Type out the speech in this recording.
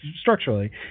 structurally